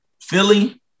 Philly